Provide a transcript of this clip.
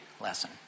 lesson